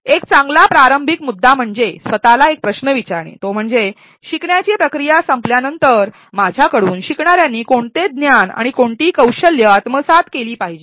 एक चांगला प्रारंभिक मुद्दा म्हणजे स्वतःला एक प्रश्न विचारणे तो म्हणजे शिकण्याची प्रक्रिया संपल्यानंतर माझ्याकडून शिकणाऱ्यांनी कोणते ज्ञान आणि कोणती कौशल्य आत्मसात केले पाहिजे